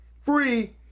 free